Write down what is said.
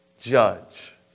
Judge